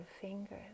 fingers